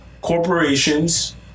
corporations